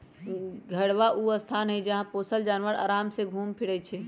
घेरहबा ऊ स्थान हई जहा पोशल जानवर अराम से घुम फिरइ छइ